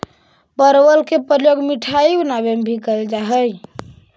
परवल के प्रयोग मिठाई बनावे में भी कैल जा हइ